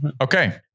Okay